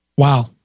Wow